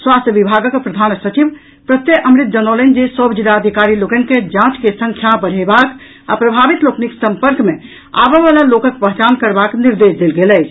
स्वास्थ्य विभागक प्रधान सचिव प्रत्यय अमृत जनौलनि जे सभ जिलाधिकारी लोकनि के जांच के संख्या बढ़यबाक आ प्रभावित लोकनिक सम्पर्क मे आबऽ वला लोकक पहचान करबाक निर्देश देल गेल अछि